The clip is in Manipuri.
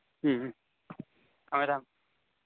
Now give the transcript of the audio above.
ꯎꯝ ꯊꯝꯃꯦ ꯊꯝꯃꯦ